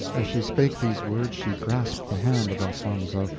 as she spake these words she grasped the hand of elfonzo,